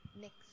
Next